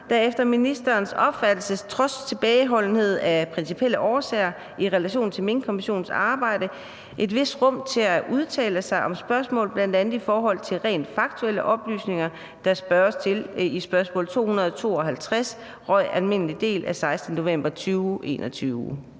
der efter ministerens opfattelse – trods tilbageholdenhed af principielle årsager i relation til Minkkommissionens arbejde – et vist rum til at udtale sig om spørgsmål, bl.a. i forhold til rent faktuelle oplysninger, der spørges til i spørgsmål 252, REU alm. del, af 16. november 2021?